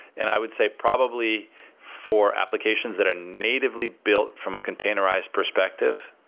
and i would say probably for applications that are natively built from a containerized perspective,